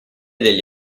degli